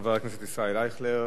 לחבר הכנסת ישראל אייכלר.